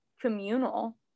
communal